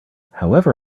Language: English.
however